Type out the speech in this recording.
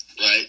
right